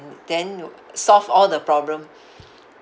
then solve all the problem